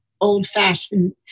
old-fashioned